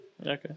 Okay